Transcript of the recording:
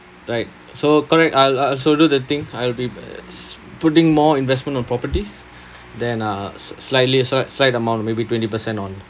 right so correct I'll also do the thing I'll be s~ putting more investment on properties then uh s~ slightly sli~ slight amount or maybe twenty percent on